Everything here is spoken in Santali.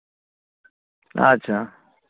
ᱟᱪᱪᱷᱟ